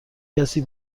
کسی